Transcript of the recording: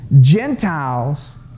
Gentiles